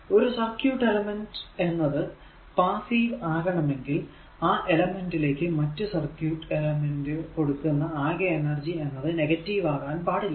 ഒരു circuit element r എന്നത് passive ആകണമെങ്കിൽ ആ എലെമെന്റിലേക്ക് മറ്റു സർക്യൂട് എലമെന്റ് കൊടുക്കുന്ന അകെ എനർജി എന്നത് നെഗറ്റീവ് അകാൻ പാടില്ല